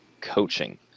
coaching